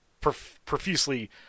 profusely